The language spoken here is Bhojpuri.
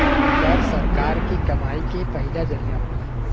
कर सरकार के कमाई के पहिला जरिया होला